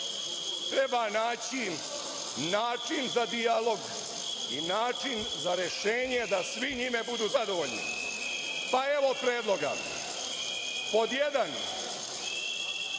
treba naći način za dijalog i način za rešenje da svi ni ne budu zadovoljni. Evo predloga:Pod jedan,